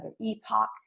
epoch